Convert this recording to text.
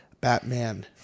Batman